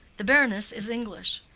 the baroness is english.